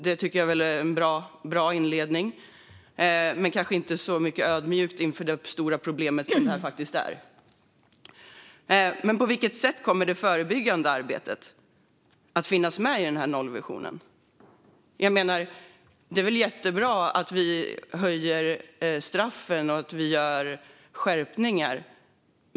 Det tycker jag väl är en bra men kanske inte så ödmjuk inställning inför det stora problem som detta faktiskt är. På vilket sätt kommer det förebyggande arbetet att finnas med i nollvisionen? Det är jättebra att vi skärper och höjer straffen.